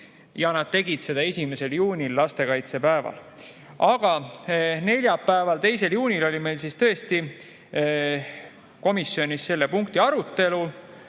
Ja nad tegid seda 1. juunil, lastekaitsepäeval. Aga neljapäeval, 2. juunil oli meil siis tõesti komisjonis selle punkti arutelu.